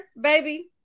baby